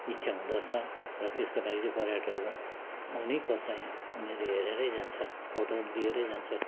इच्छा हुँदो रहेछ र त्यसको लागि चाहिँ पर्यटकहरू आउँनै पर्छ यहाँ उनीहरू हेरेरै जान्छ फोटो लिएरै जान्छ